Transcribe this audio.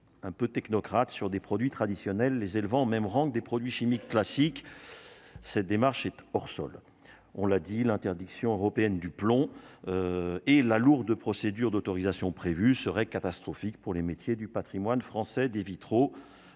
un peu technocrate sur des produits traditionnels les élevant même rang que des produits chimiques classiques, cette démarche est hors sol on l'a dit l'interdiction européenne du plomb et la lourde procédure d'autorisation prévue serait catastrophique pour les métiers du Patrimoine français des vitraux,